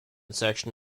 section